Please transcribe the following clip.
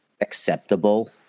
acceptable